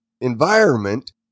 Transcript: environment